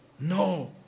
No